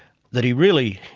that he really,